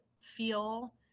feel